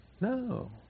No